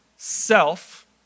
Self